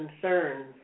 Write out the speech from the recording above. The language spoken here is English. concerns